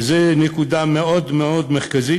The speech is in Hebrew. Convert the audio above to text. וזו נקודה מאוד מאוד מרכזית,